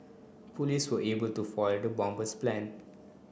police were able to foil the bomber's plan